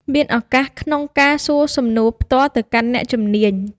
មានឱកាសក្នុងការសួរសំណួរផ្ទាល់ទៅកាន់អ្នកជំនាញ។